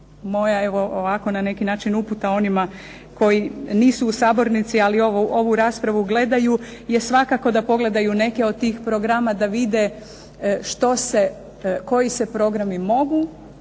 moja evo ovako na neki način uputa onima koji nisu u sabornici ali ovu raspravu gledaju je svakako da pogledaju neke od tih programa, da vide što se, koji se programi mogu